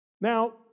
Now